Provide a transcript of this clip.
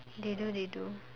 they do they do